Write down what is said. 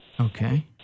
Okay